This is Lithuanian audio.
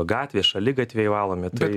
gatvės šaligatviai valomi tai